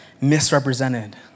misrepresented